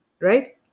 right